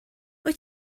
wyt